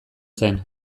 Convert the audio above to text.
zen